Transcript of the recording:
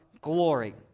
Glory